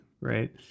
right